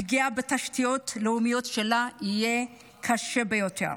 הפגיעה בתשתיות הלאומיות של המדינה תהיה קשה ביותר.